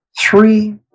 three